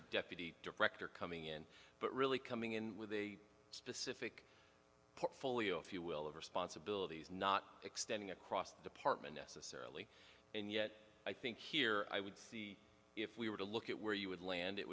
the deputy director coming in but really coming in with a specific portfolio if you will of responsibilities not extending across the department necessarily and yet i think here i would see if we were to look at where you would land it